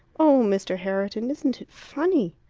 oh, mr. herriton, isn't it funny!